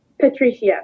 Patricia